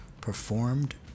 performed